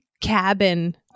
Cabin